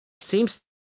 Seems